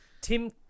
tim